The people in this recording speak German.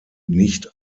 nicht